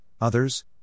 others